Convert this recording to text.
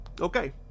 Okay